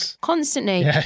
Constantly